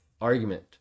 argument